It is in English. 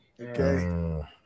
Okay